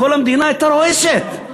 כל המדינה הייתה רועשת,